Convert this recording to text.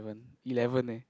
elev~ eleven eh